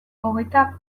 hogeita